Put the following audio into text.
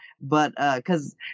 but—because—